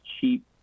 cheap